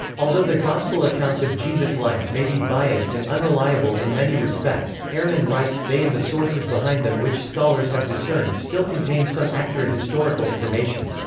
although the gospel accounts of jesus' life may be biased and unreliable in many respects, ehrman writes, they and the sources behind them which scholars have discerned still contain some accurate historical information.